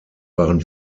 waren